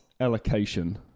allocation